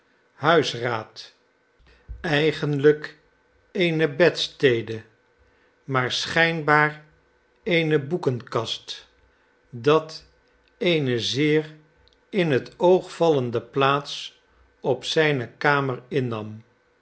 huisraad eigenlijk eene bedstede maar schijnbaar eene boekenkast dat eene zeer in het oog vallende plaats op zijne kamer innam